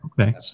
okay